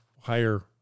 higher